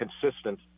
consistent